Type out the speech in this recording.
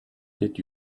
that